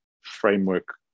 framework